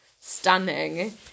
stunning